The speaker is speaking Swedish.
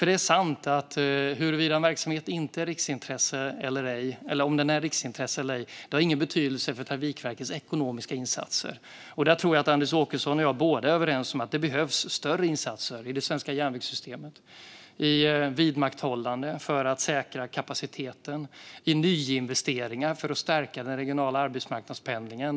Det är sant att det inte har någon betydelse för Trafikverkets ekonomiska insatser huruvida en verksamhet är ett riksintresse eller ej. Jag tror att Anders Åkesson och jag är överens om att det behövs större insatser i det svenska järnvägssystemet. Det måste vidmakthållas för att säkra kapaciteten. Det måste göras nyinvesteringar för att stärka den regionala arbetsmarknadspendlingen.